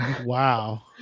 Wow